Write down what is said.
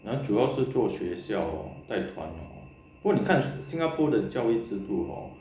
主要是做学校贷款 lor 不过你看新加坡的教育之部 hor